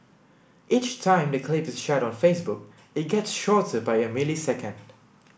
each time the clip is shared on Facebook it gets shorter by a millisecond